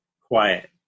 quiet